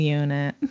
unit